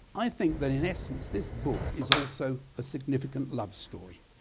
i think that in essence this book is also a significant love story.